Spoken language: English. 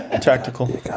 Tactical